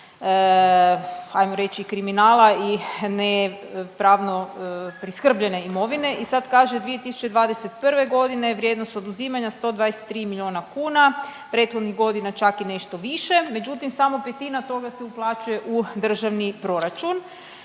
hajmo reći kriminala i pravno priskrbljene imovine. I sad kaže 2021. godine vrijednost oduzimanja 123 milijuna kuna, prethodnih godina čak i nešto više. Međutim, samo petina toga se uplaćuje u državni proračun.